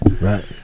right